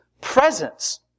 presence